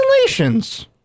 Congratulations